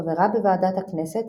חברה בוועדת הכנסת,